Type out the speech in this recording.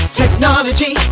technology